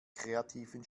kreativen